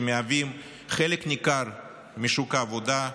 שמהווים חלק ניכר משוק העבודה,